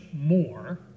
more